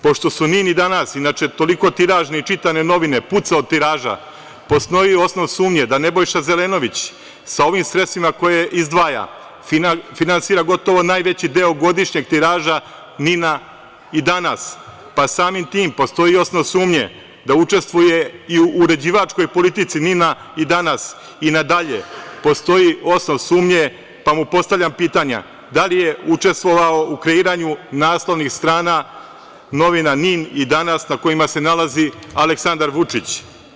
Pošto su „NIN“ i „Danas“ inače toliko tiražne i čitane novine, puca od tiraža, postoji osnov sumnje da Nebojša Zelenović sa ovim sredstvima koje izdvaja finansira gotovo najveći deo godišnjeg tiraža „NIN“ i „Danas“, pa samim tim postoji osnov sumnje da učestvuje i u uređivačkoj politici „NIN“ i „Danas“ i nadalje postoji osnov sumnje, pa mu postavljam pitanja – da li je učestvovao u kreiranju naslovnih strana novina „NIN“ i „Danas“ na kojima se nalazi Aleksandar Vučić?